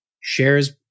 shares